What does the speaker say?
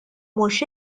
mhux